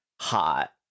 Hot